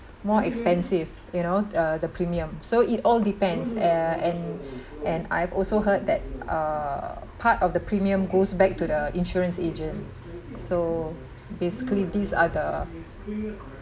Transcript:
more expensive you know uh the premium so it all depends err and and I've also heard that uh part of the premium goes back to the insurance agent so basically these are the